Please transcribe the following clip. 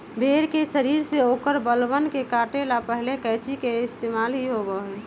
भेड़ के शरीर से औकर बलवन के काटे ला पहले कैंची के पइस्तेमाल ही होबा हलय